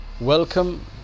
Welcome